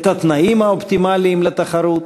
את התנאים האופטימליים לתחרות,